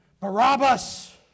Barabbas